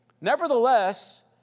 Nevertheless